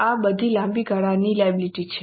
આ બધી લાંબા ગાળાની લાયબિલિટી છે